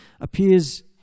appears